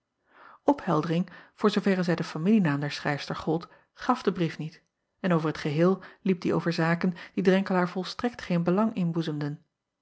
pheldering voor zooverre zij den familienaam der schrijfster gold gaf de brief niet en over t geheel liep die over zaken die renkelaer volstrekt geen belang